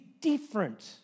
different